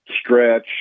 stretch